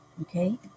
Okay